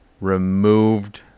removed